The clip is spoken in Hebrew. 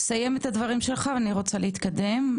סיים את דבריך ואני רוצה להתקדם.